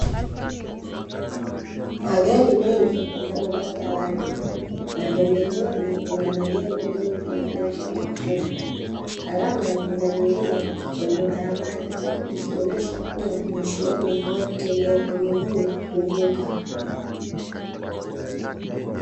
Magari mengi yapo barabarani, na pembezoni kuna majengo mengi marefu kwa mafupi, alama ya pundamilia kwenye barabara ikionesha kuwa ni sehemu ya watu watembea kwa miguu kuvuka.